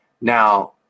Now